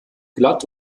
glatt